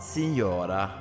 Signora